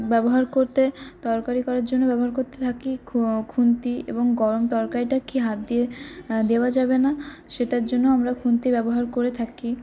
ব্যবহার করতে তরকারি করার জন্য ব্যবহার করতে থাকি খু খুন্তি এবং গরম তরকারিটা কি হাত দিয়ে দেওয়া যাবে না সেটার জন্যও আমরা খুন্তি ব্যবহার করে থাকি